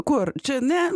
kur čia ne